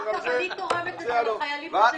אגב, אני תורמת את זה לחיילים בודדים.